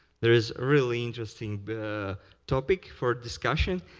there's really interesting topic for discussion,